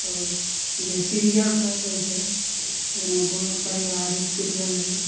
आओर जे सीरियलसभ होइत छै जेना कोनो पारिवारिक सीरियल होय